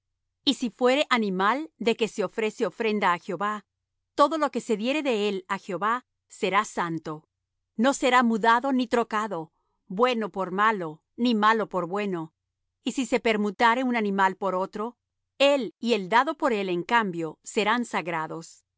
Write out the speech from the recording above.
y si fuere animal de que se ofrece ofrenda á jehová todo lo que se diere de el á jehová será santo no será mudado ni trocado bueno por malo ni malo por bueno y si se permutare un animal por otro él y el dado por él en cambio serán sagrados